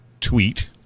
tweet